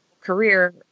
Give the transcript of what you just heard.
career